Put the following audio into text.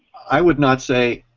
i would not say,